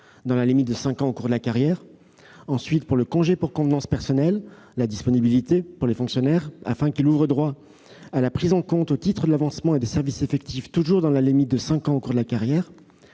dans la limite de cinq ans au cours de la carrière. Le congé pour convenances personnelles, qui correspond à la disponibilité pour les fonctionnaires, ouvre droit à la prise en compte au titre de l'avancement et des services effectifs, toujours dans la limite de cinq ans au cours de la carrière.